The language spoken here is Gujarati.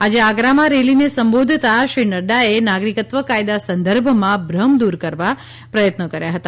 આજે આગ્રામાં રેલીને સંબોધતાં શ્રી નડ્ડાએ નાગરીકત્વ કાથદા સંદર્ભમાં ભુમ દૂર કરવા પ્રયત્ન કાર્યો હતો